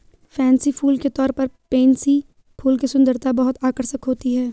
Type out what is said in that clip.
fancy फूल के तौर पर पेनसी फूल की सुंदरता बहुत आकर्षक होती है